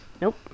Nope